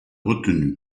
retenus